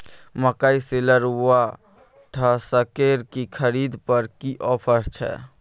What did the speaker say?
मकई शेलर व डहसकेर की खरीद पर की ऑफर छै?